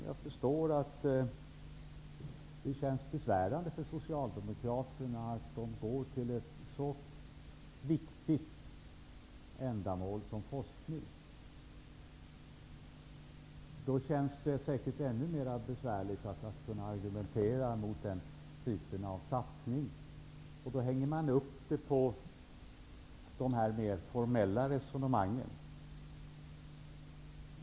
Jag förstår att det är besvärande för Socialdemokraterna att medlen går till ett så viktigt ändamål som forskning. Det känns säkert mycket besvärligt att argumentera mot den typen av satsning, och då hänger man upp motståndet på de mera formella resonemangen.